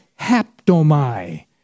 haptomai